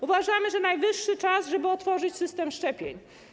Uważamy, że najwyższy czas, żeby otworzyć system szczepień.